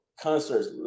concerts